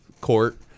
court